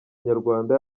nyarwanda